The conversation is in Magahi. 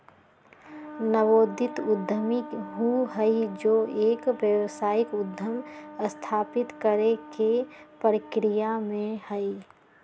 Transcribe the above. नवोदित उद्यमी ऊ हई जो एक व्यावसायिक उद्यम स्थापित करे के प्रक्रिया में हई